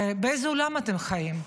באיזה עולם אתם חיים?